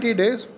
days